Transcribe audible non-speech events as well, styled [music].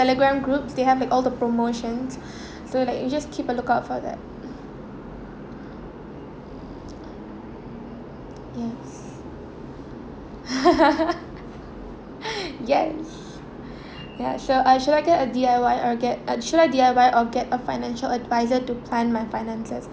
~legram groups they have all the promotion [breath] so like you just keep a lookout for that yes [laughs] yes ya sure uh should I get a D_Y_I or get should I D_I_Y or get financial advisors to plan my finances